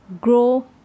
grow